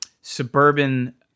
suburban